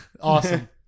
Awesome